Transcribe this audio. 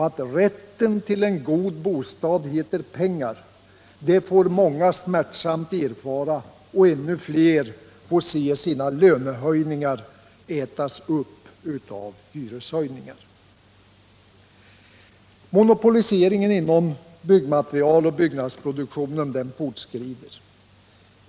Att rätten till en god bostad heter pengar får många smärtsamt erfara, och ännu fler får se sina lönehöjningar ätas upp av hyreshöjningar. Monopoliseringen inom byggmaterialoch byggnadsproduktion fortskrider.